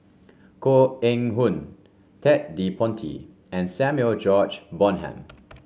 Koh Eng Hoon Ted De Ponti and Samuel George Bonham